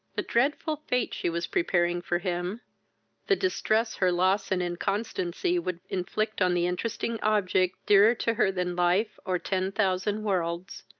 the dreadful fate she was preparing for him the distress her loss and inconstancy would inflict on the interesting object, dearer to her than life, or ten thousand worlds,